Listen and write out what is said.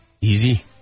Easy